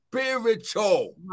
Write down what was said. spiritual